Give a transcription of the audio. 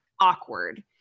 awkward